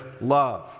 love